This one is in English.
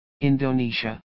Indonesia